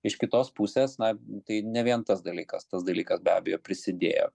iš kitos pusės na tai ne vien tas dalykas tas dalykas be abejo prisidėjo